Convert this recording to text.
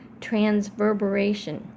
transverberation